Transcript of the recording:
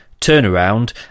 turnaround